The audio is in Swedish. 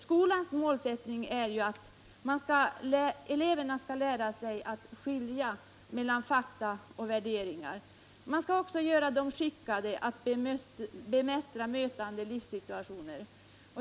Skolans mål är ju att eleverna skall lära sig att skilja mellan fakta och värderingar. Eleverna skall också göras skickade att bemästra mötande livssituationer.